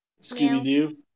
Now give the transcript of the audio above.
Scooby-Doo